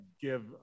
give